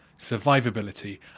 survivability